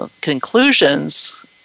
conclusions